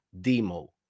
Demo